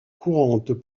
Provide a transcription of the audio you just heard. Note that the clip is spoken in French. courantes